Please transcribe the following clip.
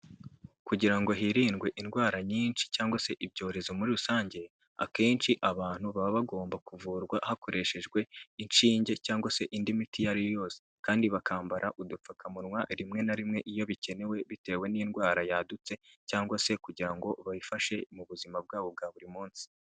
Kugira ngo hirindwe indwara nyinshi cyangwa se ibyorezo muri rusange, akenshi abantu baba bagomba kuvurwa hakoreshejwe inshinge cyangwa se indi miti iyo ari yo yose, kandi bakambara udupfukamunwa rimwe na rimwe iyo bikenewe bitewe n'indwara yadutse, cyangwa se kugira ngo bifashe mu buzima bwabo bwa buri munsi.